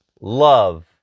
love